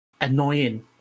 annoying